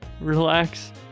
relax